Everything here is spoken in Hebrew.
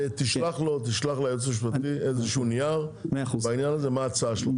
אתה תשלח ליועץ המשפטי איזשהו נייר בעניין הזה מה ההצעה שלך,